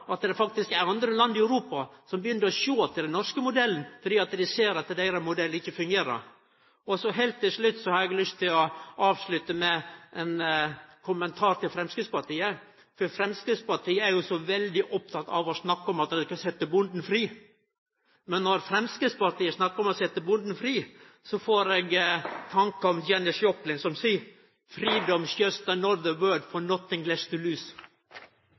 at det faktisk er andre land i Europa som begynner å sjå til den norske modellen, fordi dei ser at deira modell ikkje fungerer. Så har eg lyst til å avslutte med ein kommentar til Framstegspartiet, for Framstegspartiet er så veldig oppteke av å snakke om at dei skal setje bonden fri. Men når Framstegspartiet snakkar om å setje bonden fri, får eg tankar om Janis Joplin som song: «Freedom's just another word for nothing left to lose.» Presidenten: Det